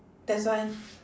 that's why